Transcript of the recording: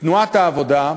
תנועת העבודה,